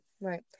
right